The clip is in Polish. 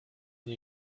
nie